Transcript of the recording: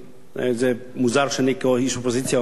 זה מוזר שאני, כאיש אופוזיציה, אומר את זה,